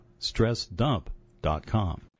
StressDump.com